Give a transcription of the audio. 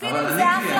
ספינים זה אחלה,